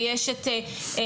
ויש את המנכ"לית,